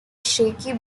shaky